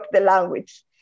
language